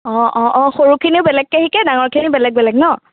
অঁ অঁ অঁ সৰুখিনিও বেলেগকে শিকে ডাঙৰখিনিও বেলেগ বেলেগ ন